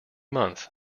month